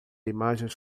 imagens